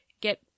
get